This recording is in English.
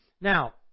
Now